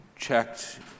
checked